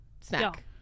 snack